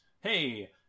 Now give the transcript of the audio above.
Hey